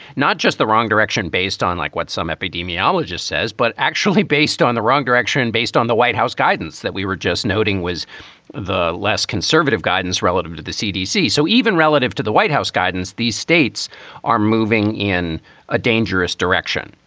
not just the wrong direction based on like what some epidemiologists says, but actually based on the wrong direction, based on the white house guidance that we were just noting was the less conservative guidance relative to the cdc. so even relative to the white house guidance, these states are moving in a dangerous direction.